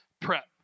prep